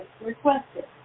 requested